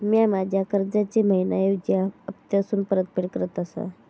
म्या माझ्या कर्जाची मैहिना ऐवजी हप्तासून परतफेड करत आसा